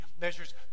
measures